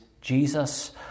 Jesus